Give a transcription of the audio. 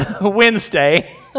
Wednesday